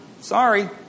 Sorry